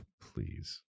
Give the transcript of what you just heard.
please